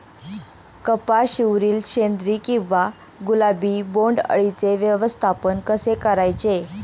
कपाशिवरील शेंदरी किंवा गुलाबी बोंडअळीचे व्यवस्थापन कसे करायचे?